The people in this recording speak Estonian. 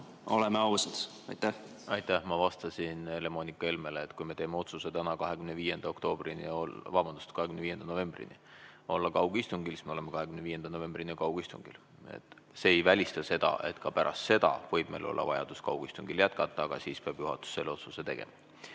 oleme ausad. Aitäh! Ma vastasin Helle-Moonika Helmele, et kui me teeme täna otsuse 25. novembrini olla kaugistungil, siis me oleme 25. novembrini kaugistungil. See ei välista seda, et ka pärast seda võib meil olla vajadus kaugistungil jätkata, aga siis peab juhatus selle otsuse tegema.